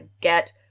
get